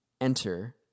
enter